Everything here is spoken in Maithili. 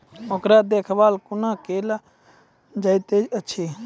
ओकर देखभाल कुना केल जायत अछि?